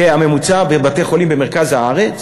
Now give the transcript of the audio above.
זה הממוצע בבתי-חולים במרכז הארץ.